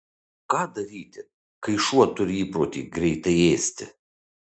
ką daryti kai šuo turi įprotį greitai ėsti